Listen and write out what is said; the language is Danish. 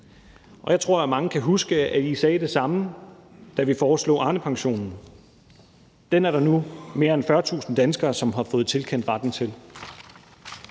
Jeg tror, at mange kan huske, at I sagde det samme, da vi foreslog Arnepensionen. Den er der nu mere end 40.000 danskere, som har fået tilkendt retten til.